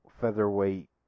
featherweight